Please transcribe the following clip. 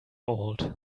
old